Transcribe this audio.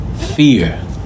fear